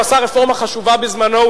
הוא עשה רפורמה חשובה בזמנו,